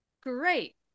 Great